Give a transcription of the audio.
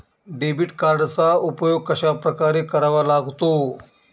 Debit कार्डचा उपयोग कशाप्रकारे करावा लागतो?